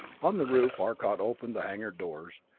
on the roof arcot opened the hangar doors,